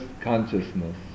consciousness